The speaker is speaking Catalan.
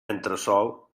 entresòl